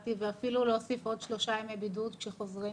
הצעתי ואפילו להוסיף עוד שלושה ימי בידוד כשחוזרים?